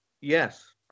Yes